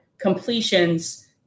completions